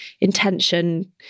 intention